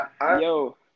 Yo